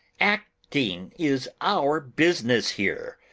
acting is our business here.